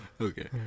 Okay